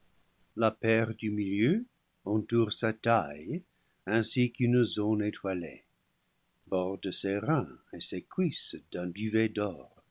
la paire du milieu entoure sa taille ainsi qu'une zone étoilée borde ses reins et ses cuisses d'un duvet d'or